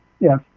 yes